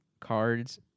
cards